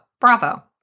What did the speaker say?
bravo